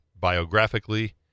biographically